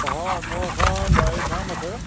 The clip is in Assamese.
হয় মোৰ এখন ডাইৰী ফাৰ্ম আছে